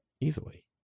easily